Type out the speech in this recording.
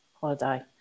holiday